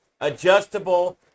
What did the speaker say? Adjustable